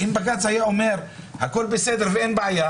השאלה היא אם זה כן או לא, ואין משהו באמצע.